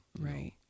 right